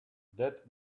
that